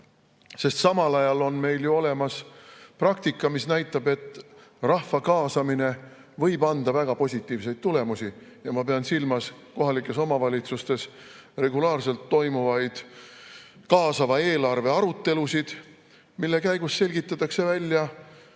Sest samal ajal on meil ju olemas praktika, mis näitab, et rahva kaasamine võib anda väga positiivseid tulemusi. Ma pean silmas kohalikes omavalitsustes regulaarselt toimuvaid kaasava eelarve arutelusid, mille käigus selgitatakse välja,